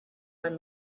when